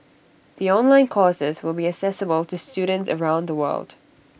the online courses will be accessible to students around the world